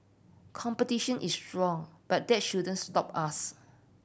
competition is strong but that shouldn't stop us